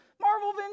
Marvel